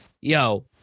yo